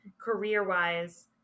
career-wise